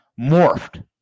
morphed